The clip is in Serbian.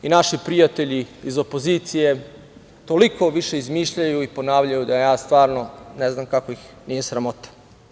Naši prijatelji iz opozicije toliko više izmišljaju i ponavljaju da ja stvarno ne znam kako ih nije sramota.